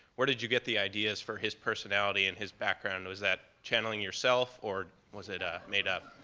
where did you get the ideas for his personality and his background? was that channeling yourself, or was it ah made up?